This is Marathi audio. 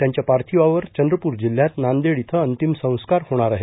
त्यांच्या पार्थिवावर चंद्रपूर जिल्ह्मात नांदेड इथं अंतिम संस्कार होणार आहेत